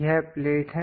यह प्लेट है